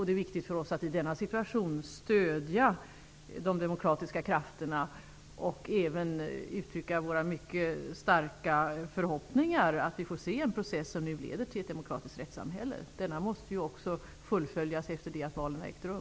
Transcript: Det är viktigt för oss att i denna situation stödja de demokratiska krafterna och även uttrycka våra mycket starka förhoppningar om att vi skall få se en process som leder till ett demokratiskt rättssamhälle. Denna process måste ju fullföljas också efter det att valen har ägt rum.